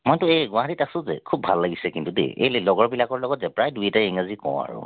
মইতো এই গুৱাহাটীত আছোঁ যে খুব ভাল লাগিছে কিন্তু দেই এই লগৰ বিলাকৰ লগত যে প্ৰায় দুই এটাই ইংৰাজী কওঁ আৰু